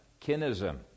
kinism